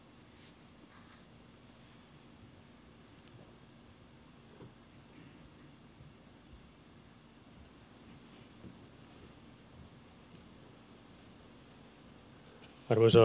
arvoisa puhemies